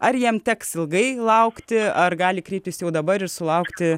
ar jam teks ilgai laukti ar gali kreiptis jau dabar ir sulaukti